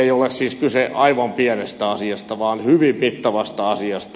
ei ole siis kyse aivan pienestä asiasta vaan hyvin mittavasta asiasta